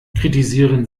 kritisieren